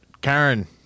karen